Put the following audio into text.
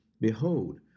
Behold